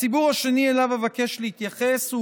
הציבור השני שאליו אבקש להתייחס הוא